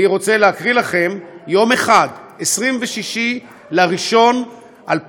אני רוצה להקריא לכם על יום אחד, 26 בינואר 2017: